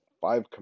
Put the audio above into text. five